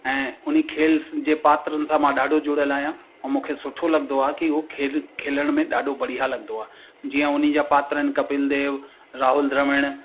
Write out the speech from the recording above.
ऐं उन खेल जे पात्रनि सां मां ॾाढो जुड़ियल आहियां ऐं मूंखे सुठो लॻंदो आहे की उहे खेल खेलण में ॾाढो बढ़िया लॻंदो आहे जीअं उन जा पात्रनि कपिल देव राहूल द्रविड़